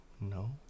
No